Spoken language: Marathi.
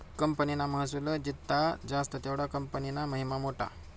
कंपनीना महसुल जित्ला जास्त तेवढा कंपनीना महिमा मोठा